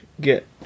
get